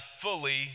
fully